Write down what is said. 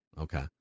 Okay